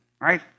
right